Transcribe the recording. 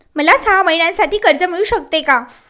मला सहा महिन्यांसाठी कर्ज मिळू शकते का?